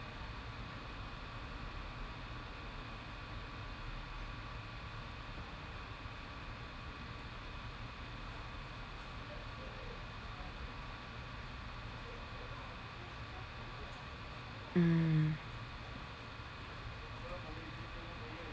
mm